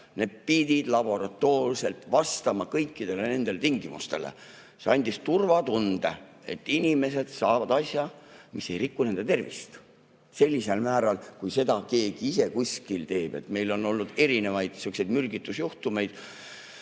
Need pidid laboratoorselt vastama kõikidele nõutud tingimustele. See andis turvatunde, et inimesed saavad asja, mis ei riku nende tervist sellisel määral, nagu teeks [kraam], mida keegi ise kuskil teeb. Meil on olnud erinevaid mürgistusjuhtumeid